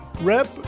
Rep